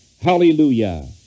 Hallelujah